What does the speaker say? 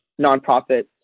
nonprofits